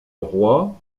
roi